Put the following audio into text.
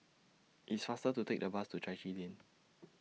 It's faster to Take The Bus to Chai Chee Lane